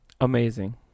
amazing